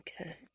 Okay